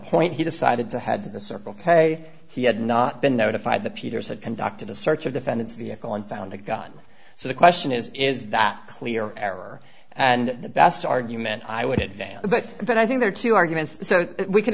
point he decided to head to the circle k he had not been notified the peters had conducted a search of defendant's vehicle and found a gun so the question is is that clear error and the best argument i would advance but i think there are two arguments so we can